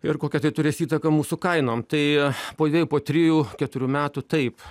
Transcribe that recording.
ir kokią tai turės įtaką mūsų kainom tai po dviejų po trijų keturių metų taip